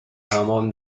حمام